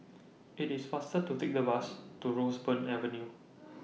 IT IS faster to Take The Bus to Roseburn Avenue